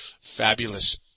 Fabulous